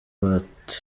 but